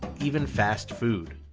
even fast food.